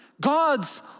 God's